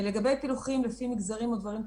לגבי פילוחים לפי מגזרים או דברים כאלה,